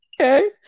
okay